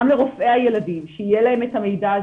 גם לרופאי הילדים שיהיה לה המידע הזה.